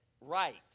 right